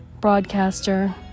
broadcaster